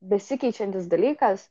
besikeičiantis dalykas